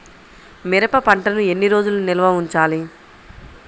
మిరప పంటను ఎన్ని రోజులు నిల్వ ఉంచాలి?